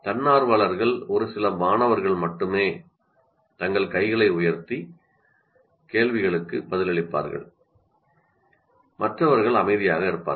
தன்னார்வலர்கள் ஒரு சில மாணவர்கள் மட்டுமே தங்கள் கைகளை உயர்த்தி கேள்விகளுக்கு பதிலளிப்பார்கள் மற்றவர்கள் அமைதியாக இருக்கிறார்கள்